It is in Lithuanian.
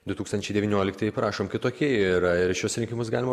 du tūkstančiai devynioliktieji prašom kitokie yra ir šiuos rinkimus galima